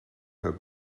her